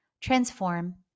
transform